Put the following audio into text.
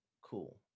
cool